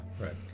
Right